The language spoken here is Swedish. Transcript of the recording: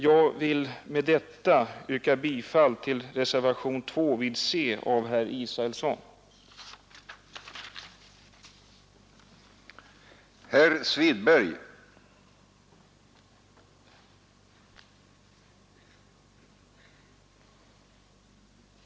Jag vill med detta yrka bifall till reservationen 2, avgiven av herr Israelsson vid punkten C.